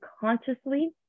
consciously